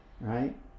right